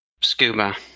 scuba